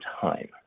time